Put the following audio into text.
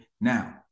Now